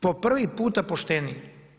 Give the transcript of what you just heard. Po prvi puta poštenije.